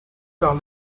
par